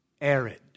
arid